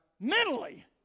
mentally